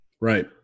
Right